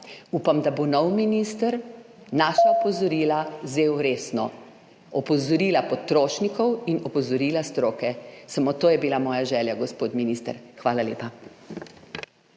Upam, da bo nov minister naša opozorila vzel resno, opozorila potrošnikov in opozorila stroke. Samo to je bila moja želja, gospod minister. Hvala lepa.